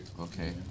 Okay